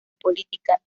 política